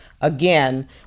again